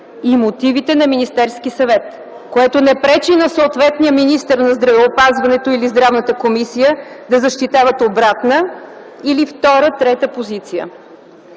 и мотивите на Министерския съвет, което не пречи на съответния министър на здравеопазването или Здравната комисия да защитават обратна или втора, трета позиция.